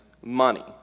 money